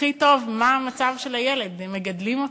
הכי טוב מה המצב של הילד, הם מגדלים אותו.